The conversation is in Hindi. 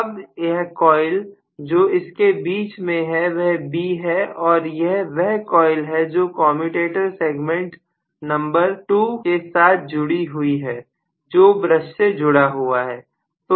अब यह कॉइल जो इनके बीच में है वह B है और यह वह कॉइल है जो कॉमेंटेटर सेगमेंट नंबर 2 के साथ जुड़ी हुई है जो ब्रश से जुड़ा हुआ है